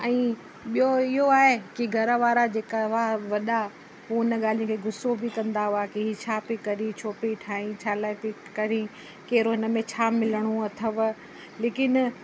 ऐं ॿियो इहो आहे की घर वारा जेका हुआ वॾा उहे हुन ॻाल्हि ते गुसो बि कंदा हुआ की हीअ छा पई करे छो पई ठाहे छा लाइ तई करे कहिड़ो हिन में छा मिलिणो अथव लेकिन